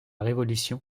révolution